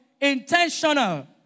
Intentional